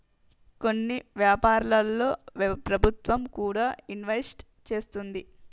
కొన్ని వ్యాపారాల్లో ప్రభుత్వం కూడా ఇన్వెస్ట్ చేస్తుంది